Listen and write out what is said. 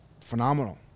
Phenomenal